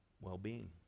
well-being